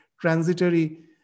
transitory